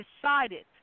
decided